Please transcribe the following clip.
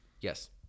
Yes